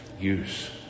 use